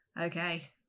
Okay